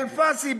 אלפסי,